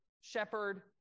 shepherd